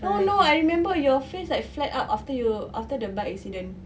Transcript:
no no I remember you face like flared up after you after the bike accident